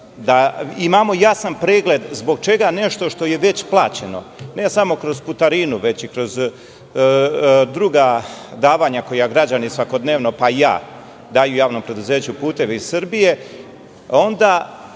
da imamo jasan pregled zbog čega nešto što je već plaćeno, ne samo kroz putarinu, već i kroz druga davanja koja građani svakodnevno, pa i ja, daju javnom preduzeću "Puteva Srbije", onda